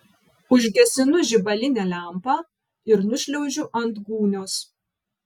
užgesinu žibalinę lempą ir nušliaužiu ant gūnios